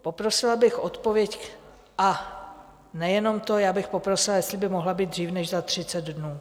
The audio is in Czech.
Poprosila bych o odpověď, a nejenom to, já bych poprosila, jestli by mohla být dřív než za 30 dnů.